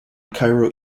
cairo